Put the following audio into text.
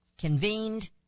convened